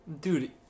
Dude